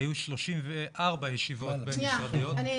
היו 34 ישיבות בין-משרדיות,